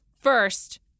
first